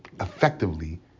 effectively